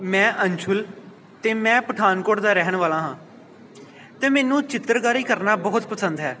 ਮੈਂ ਅੰਸ਼ੁਲ ਅਤੇ ਮੈਂ ਪਠਾਨਕੋਟ ਦਾ ਰਹਿਣ ਵਾਲਾ ਹਾਂ ਅਤੇ ਮੈਨੂੰ ਚਿੱਤਰਕਾਰੀ ਕਰਨਾ ਬਹੁਤ ਪਸੰਦ ਹੈ